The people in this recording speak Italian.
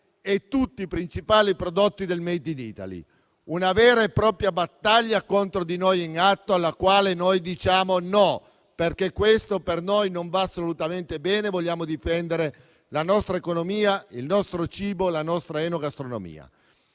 e tutti i principali prodotti del *made in Italy*. È in atto una vera e propria battaglia contro di noi alla quale noi diciamo no, perché questo per noi non va assolutamente bene. Vogliamo difendere la nostra economia, il nostro cibo, la nostra enogastronomia.